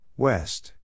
West